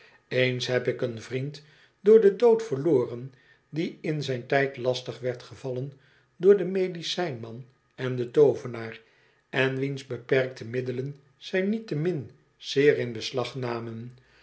eens heb ik een vriend door den dood verloren die in zijn tijd lastig werd gevallen dooi den medicijn man en den too venaar en wiens beperkte middelen zij niettemin zeer in beslag namen